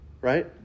right